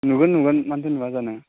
नुगोन नुगोन मानोथो नुवा जानो